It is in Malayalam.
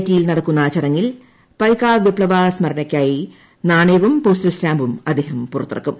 ടിയിൽ നടക്കുന്ന ചടങ്ങിൽ പയ്ക വിപ്തവ സ്മരണയ്ക്കായി നാണയവും പോസ്റ്റൽ സ്റ്റാമ്പും അദ്ദേഹം പുറത്തിറക്കും